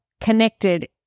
connected